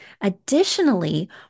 additionally